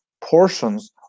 portions